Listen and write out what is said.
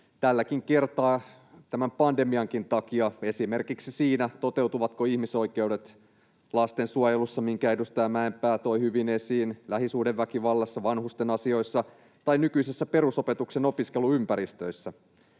tälläkin kertaa tämän pandemiankin takia esimerkiksi siinä, toteutuvatko ihmisoikeudet lastensuojelussa, minkä edustaja Mäenpää toi hyvin esiin, lähisuhdeväkivallassa, vanhusten asioissa tai nykyisissä perusopetuksen opiskeluympäristöissä.